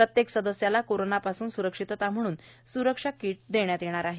प्रत्येक सदस्यांना कोरोनापासून स्रक्षितता म्हणून स्रक्षा किट देण्यात येणार आहे